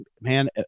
man